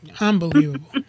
Unbelievable